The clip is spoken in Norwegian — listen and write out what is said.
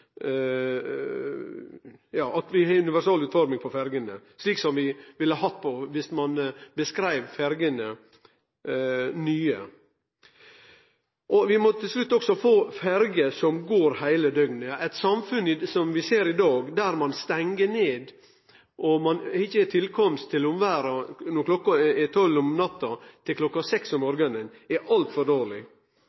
utforming på ferjene, slik som vi ville ha hatt dersom ferjene var nye. Vi må også få ferjer som går heile døgnet. Eit slikt samfunn som vi ser i dag, der ein stengjer ned og ikkje har tilkomst til omverda frå kl. 24 om natta til kl 06 om morgonen, er altfor dårleg. Vi må også sørgje for å få på